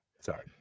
Sorry